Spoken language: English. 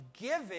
giving